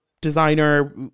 designer